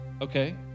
Okay